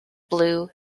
blue